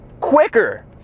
quicker